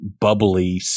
bubbly